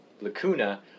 lacuna